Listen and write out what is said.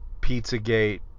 Pizzagate